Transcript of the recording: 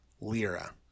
Lira